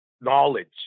knowledge